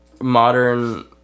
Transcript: modern